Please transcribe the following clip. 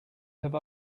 have